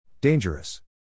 Dangerous